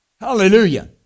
Hallelujah